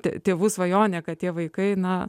tie tėvų svajonė kad tie vaikai na